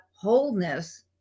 wholeness